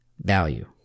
value